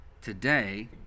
today